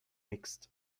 mixed